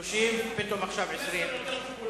אביזרים חוסכי מים במבני ציבור, התשס"ט 2009,